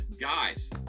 guys